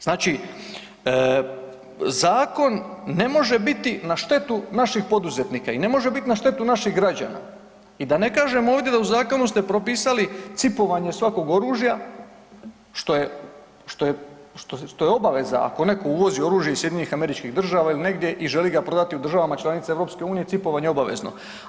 Znači, zakon ne može biti na štetu naših poduzetnika i ne može bit na štetu naših građana i da ne kažem ovdje da u zakonu ste propisali C.I.P.-ovanje svakog oružja, što je, što je, što je obaveza ako neko uvozi oružje iz SAD-a ili negdje i želi ga prodati u državama članicama EU, C.I.P.-ovanje je obavezno.